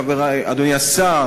אדוני השר,